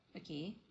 okay